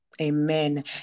Amen